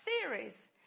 series